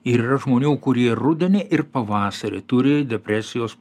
ir yra žmonių kurie rudenį ir pavasarį turi depresijos